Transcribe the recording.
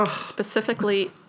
Specifically